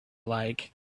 like